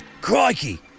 Crikey